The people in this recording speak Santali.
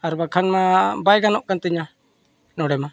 ᱟᱨ ᱵᱟᱠᱷᱟᱱᱢᱟ ᱵᱟᱭ ᱜᱟᱱᱚᱜ ᱠᱟᱱ ᱛᱤᱧᱟ ᱱᱚᱰᱮᱢᱟ